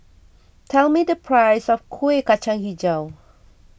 tell me the price of Kuih Kacang HiJau